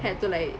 had to like